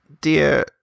Dear